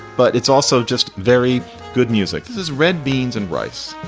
but it's also just very good music. this is red beans and rice